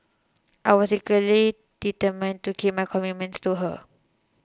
I was equally determined to keep my commitment to her